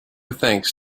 thanks